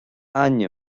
ainm